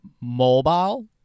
mobile